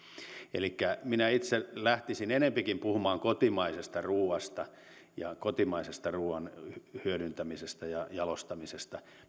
elikkä minä itse lähtisin enempikin puhumaan kotimaisesta ruuasta ja kotimaisen ruuan hyödyntämisestä ja jalostamisesta